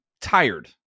tired